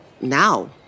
now